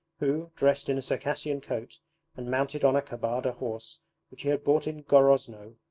who, dressed in a circassian coat and mounted on a kabarda horse which he had bought in groznoe,